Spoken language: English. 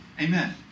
Amen